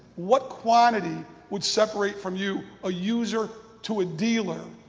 what quantity would separate from you a user to a dealer,